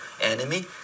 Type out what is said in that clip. enemy